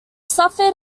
suffered